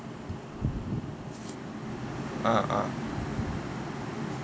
uh uh